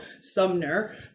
Sumner